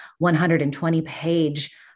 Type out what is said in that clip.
120-page